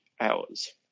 hours